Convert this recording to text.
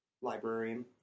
librarian